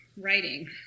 writing